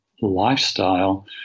lifestyle